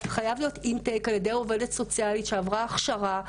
חייב להיות אינטייק על ידי עובדת סוציאלית שעברה הכשרה,